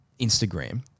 Instagram